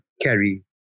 carry